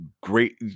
great